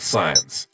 Science